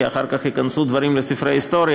כי אחר כך ייכנסו דברים לספרי ההיסטוריה,